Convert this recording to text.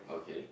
okay